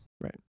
Right